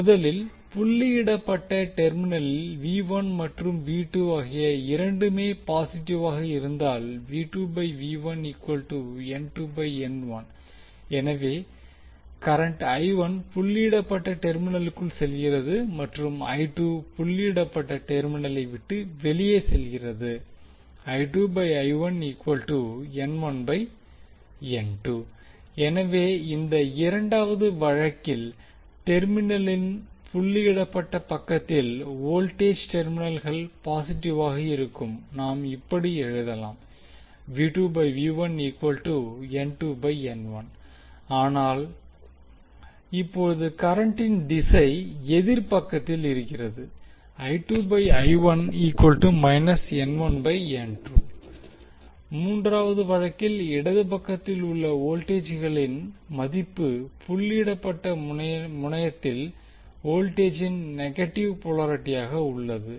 முதலில் புள்ளியிடப்பட்ட டெர்மினலில் மற்றும் ஆகிய இரண்டுமே பாசிட்டிவாக இருந்தால் எனவே கரண்ட் புள்ளியிடப்பட்ட டெர்மினலுக்குள் செல்கிறது மற்றும் புள்ளியிடப்பட்ட டெர்மினலை விட்டு வெளியே செல்கிறது எனவே இந்த இரண்டாவது வழக்கில் டெர்மினலின் புள்ளியிடப்பட்ட பக்கத்தில் வோல்டேஜ் டெர்மினல்கள் பாசிட்டிவாக இருக்கும் நாம் இப்படி எழுதலாம் அனால் இப்போது கரண்டின் திசை எதிர் பக்கத்தில் இருக்கிறது மூன்றாவது வழக்கில் இடது பக்கத்தில் உள்ள வோல்டேஜ்களின் மதிப்பு புள்ளியிடப்பட்ட முனையத்தில் வோல்டேஜின் நெகட்டிவ் போலாரிட்டியாக உள்ளது